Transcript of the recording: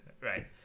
Right